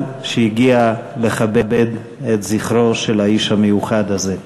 שהגיע לכבד את זכרו של האיש המיוחד הזה.